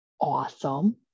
awesome